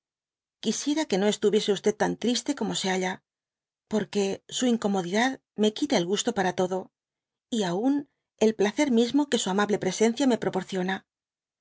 quisiera que no estuviese tan triste como se haua por que su incomodidad me quita el gusto para todo y aun el placer mismo que su amable presencia me proporciona